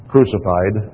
crucified